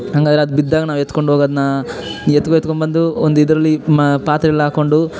ಹಂಗಾರೆ ಅದು ಬಿದ್ದಾಗ ನಾವು ಎತ್ಕೊಂಡು ಹೋಗೋದ್ನ ಎತ್ಕೊ ಎತ್ಕೊ ಬಂದು ಒಂದು ಇದರಲ್ಲಿ ಪಾತ್ರೆಗಳು ಹಾಕ್ಕೊಂಡು